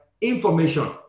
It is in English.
information